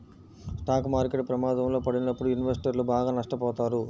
stock market ప్రమాదంలో పడినప్పుడు ఇన్వెస్టర్లు బాగా నష్టపోతారు